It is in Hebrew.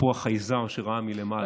אפרופו החייזר שראה מלמעלה.